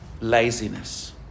laziness